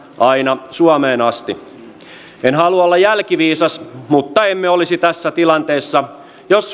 aina suomeen asti en halua olla jälkiviisas mutta emme olisi tässä tilanteessa jos